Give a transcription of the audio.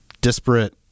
disparate